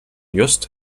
yost